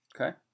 Okay